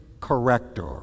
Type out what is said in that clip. corrector